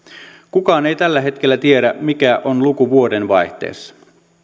kukaan ei tällä hetkellä tiedä mikä on luku vuoden vaihteessa